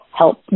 help